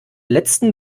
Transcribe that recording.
letzten